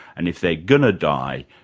and if they're going to die,